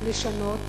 לשנות